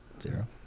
zero